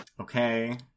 Okay